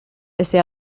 ese